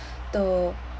to